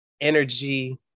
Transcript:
energy